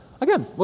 Again